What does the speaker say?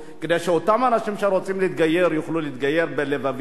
כדי שאותם אנשים שרוצים להתגייר יוכלו להתגייר בלבביות.